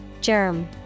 Germ